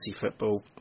football